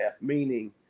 meaning